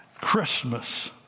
Christmas